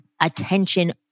attention